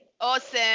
Awesome